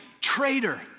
traitor